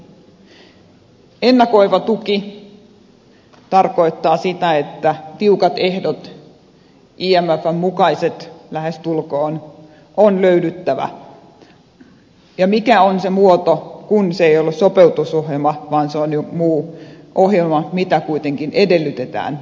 ennakoiva tuki tarkoittaa sitä että tiukat ehdot imfn mukaiset lähestulkoon on löydyttävä ja mikä on se muoto kun se ei ole sopeutusohjelma vaan se on joku muu ohjelma mitä kuitenkin edellytetään valtioilta